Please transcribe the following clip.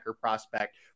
prospect